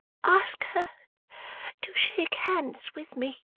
ask her to shake hands with me